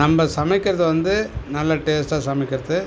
நம்ம சமைக்கிறது வந்து நல்லா டேஸ்ட்டாக சமைக்கிறது